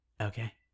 Okay